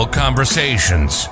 conversations